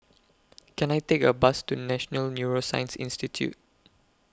Can I Take A Bus to National Neuroscience Institute